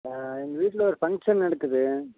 எங்கள் வீட்டில் ஒரு ஃபங்ஷன் நடக்குது